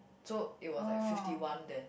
so it was like fifty one then